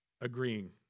agreeing